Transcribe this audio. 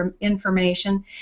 information